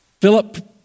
Philip